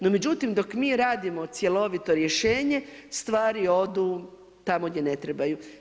No međutim dok mi radimo cjelovito rješenje stvari odu tamo gdje ne trebaju.